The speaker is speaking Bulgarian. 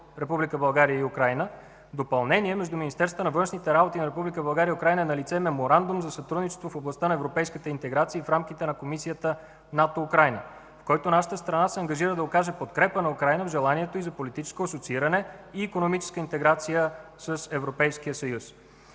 България и Украйна. В допълнение между министерствата на външните работи на България и Украйна е налице Меморандум за сътрудничество в областта на европейската интеграция и в рамките на Комисията НАТО – Украйна, в което нашата страна се ангажира да окаже подкрепа на Украйна в желанието й за политическо асоцииране и икономическа интеграция с Европейския съюз.